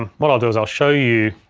um what i'll do is i'll show you